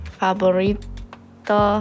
favorito